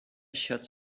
shots